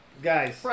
Guys